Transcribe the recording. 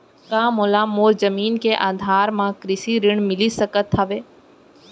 का मोला मोर जमीन के आधार म कृषि ऋण मिलिस सकत हे?